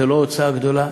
זו לא הוצאה גדולה.